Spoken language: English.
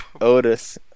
Otis